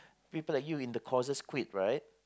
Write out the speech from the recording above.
people like you in the courses quit right